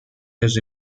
has